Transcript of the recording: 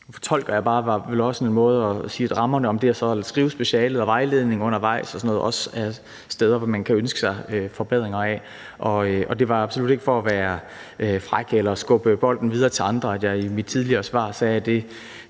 fortolker jeg igen bare som en måde også at sige på, at rammerne om det at skrive speciale og vejledningen undervejs også er steder, man kan ønske sig forbedringer. Det var absolut ikke for at være fræk eller skubbe bolden videre til andre, at jeg i mit tidligere svar sagde, at det